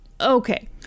Okay